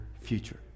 future